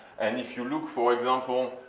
and if you look, for example,